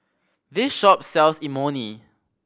this shop sells Imoni